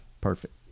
Perfect